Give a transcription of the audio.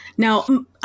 Now